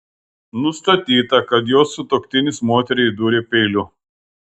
nustatyta kad jos sutuoktinis moteriai dūrė peiliu